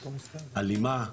אלימה,